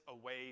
away